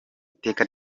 iteka